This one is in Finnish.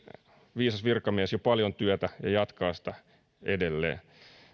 viisas virkamies jo paljon työtä ja jatkaa sitä edelleen